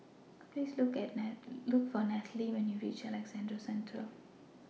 Please Look For Nathaly when YOU REACH Alexandra Central